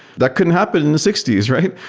that couldn't happen in the sixty s, right?